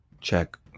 check